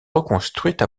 reconstruite